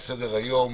על סדר-היום